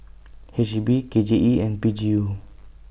H E B K J E and P G U